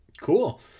Cool